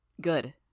Good